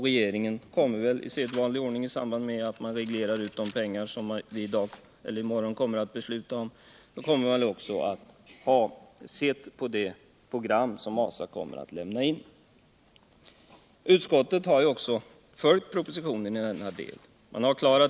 Regeringen kommer väl sedan i sedvanlig ordning i samband med utanordnandet av de pengar som vi i dag eller i morgon kommer att besluta anslå att studera det program som Ranstadsverket kommer att lämna in. Utskottet har följt propositionen också i denna del.